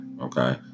Okay